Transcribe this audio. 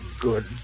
good